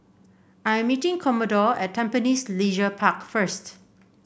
I'm meeting Commodore at Tampines Leisure Park first